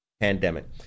pandemic